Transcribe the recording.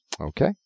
Okay